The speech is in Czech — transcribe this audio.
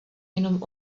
jenom